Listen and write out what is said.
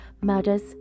murders